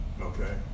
okay